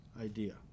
idea